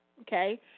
Okay